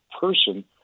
person